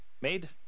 made